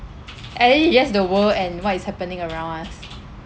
at least you just the world and what is happening around us